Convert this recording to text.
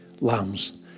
lambs